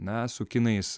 na su kinais